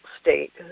state